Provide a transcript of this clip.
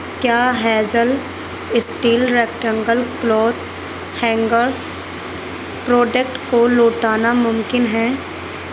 کیا Hazel steel rectangle clothes hanger product کو لوٹانا ممکن ہے